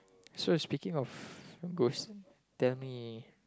so speaking of ghost tell me